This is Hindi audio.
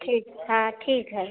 ठीक है ठीक है